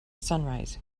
sunrise